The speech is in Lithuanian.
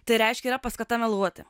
tai reiškia yra paskata meluoti